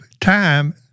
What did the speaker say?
time